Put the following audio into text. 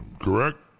correct